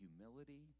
Humility